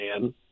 man